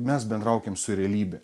mes bendraukim su realybe